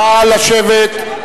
נא לשבת.